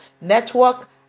network